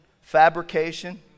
fabrication